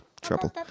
Trouble